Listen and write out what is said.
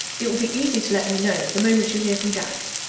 it will be easy to let me know, the moment you hear from jack.